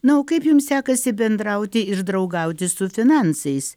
na o kaip jums sekasi bendrauti ir draugauti su finansais